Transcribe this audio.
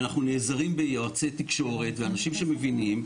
ואנחנו נעזרים ביועצי תקשורת ובאנשים שמבינים,